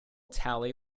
tally